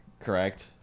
correct